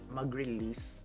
mag-release